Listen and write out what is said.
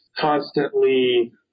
constantly